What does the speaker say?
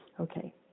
okay